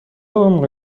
عمقی